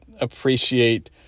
appreciate